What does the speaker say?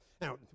now